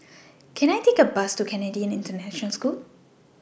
Can I Take A Bus to Canadian International School